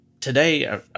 Today